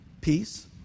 Peace